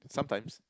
sometimes